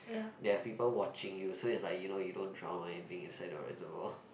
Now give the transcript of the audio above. they have people watching you so is like you know you don't drown or anything inside the reservoir